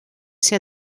ser